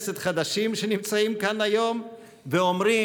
הכנסת היוצאת הורישה לנו סל גדוש של מעשים והישגים.